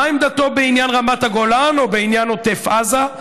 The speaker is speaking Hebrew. מה עמדתו בעניין רמת הגולן או בעניין עוטף עזה,